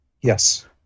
Yes